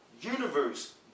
universe